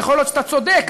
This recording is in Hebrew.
יכול להיות שאתה צודק,